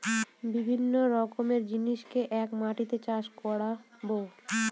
বিভিন্ন রকমের জিনিসকে এক মাটিতে চাষ করাবো